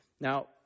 Now